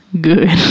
good